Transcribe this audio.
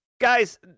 Guys